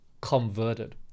converted